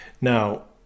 Now